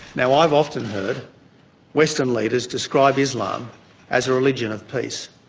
and i've often heard western leaders describe islam as a religion of peace.